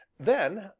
then,